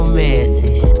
message